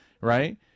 right